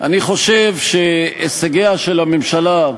אני חושב שהישגיה של הממשלה,